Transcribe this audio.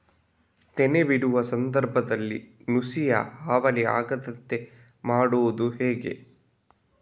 ತೆನೆ ಬಿಡುವ ಸಂದರ್ಭದಲ್ಲಿ ನುಸಿಯ ಹಾವಳಿ ಆಗದಂತೆ ಮಾಡುವುದು ಹೇಗೆ?